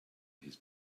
his